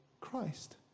Christ